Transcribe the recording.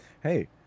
hey